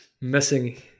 missing